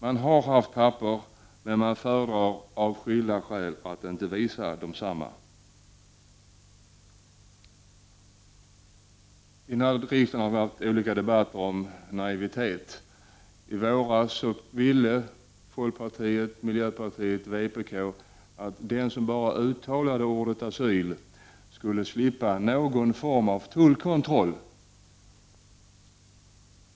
Man har haft papper, men man föredrar av skilda skäl att inte visa desamma. Vi har haft olika debatter om naivitet. I våras ville folkpartiet, miljöpartiet och vpk att de som bara uttalade ordet asyl skulle slippa någon form av tullkontroll.